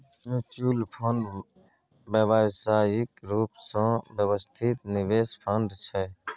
mutual fund व्यावसायिक रूप सँ व्यवस्थित निवेश फंड छै